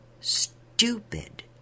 stupid